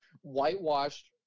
whitewashed